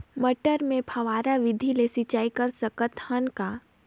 मटर मे फव्वारा विधि ले सिंचाई कर सकत हन का?